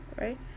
right